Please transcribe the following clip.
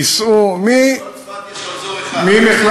ייסעו, בכל צפת יש רמזור אחד.